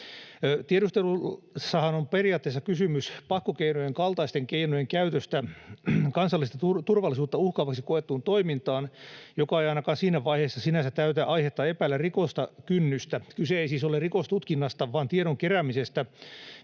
Tiedustelussahan on periaatteessa kysymys pakkokeinojen kaltaisten keinojen käytöstä sellaista kansallista turvallisuutta uhkaavaksi koettua toimintaa kohtaan, joka ei ainakaan siinä vaiheessa sinänsä täytä aihetta epäillä rikosta, kynnystä. Kyse ei siis ole rikostutkinnasta vaan tiedon keräämisestä